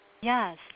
Yes